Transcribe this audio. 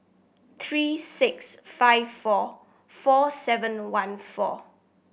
three six five four four seven one four